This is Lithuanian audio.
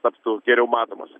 taptų geriau matomos